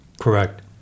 Correct